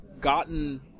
gotten